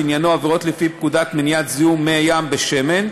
שעניינו עבירות לפי פקודת מניעת זיהום מי הים בשמן,